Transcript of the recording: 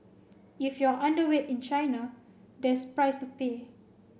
if you are underweight in China there's price to pay